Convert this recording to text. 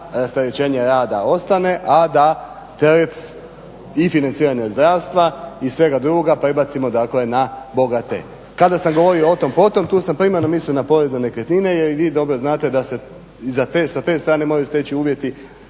da rasterećenje rada ostane, a da teret i financiranje zdravstva i svega drugoga prebacimo dakle na bogate. Kada sam govorio o tom, potom, tu sam primarno mislio na porez na nekretnine jer i vi dobro znate da se sa te strane moraju steći uvjeti,